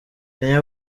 kanye